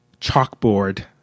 chalkboard